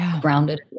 grounded